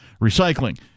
recycling